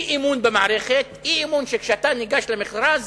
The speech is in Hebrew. אי-אמון במערכת, אי-אמון שכשאתה ניגש למכרז